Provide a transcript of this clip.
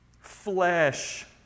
flesh